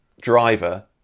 driver